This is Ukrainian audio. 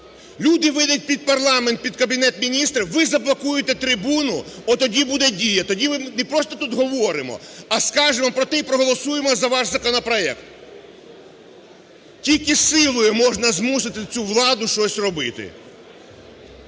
Люди вийдуть під парламент, під Кабінет Міністрів, ви заблокуєте трибуну, оттоді буде дія, тоді ми не просто тут говоримо, а скажемо про те, і проголосуємо за ваш законопроект. Тільки силою можна змусити цю владу щось робити.